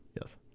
Yes